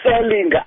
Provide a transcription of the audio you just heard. selling